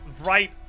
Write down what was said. right